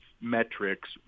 metrics